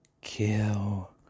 Kill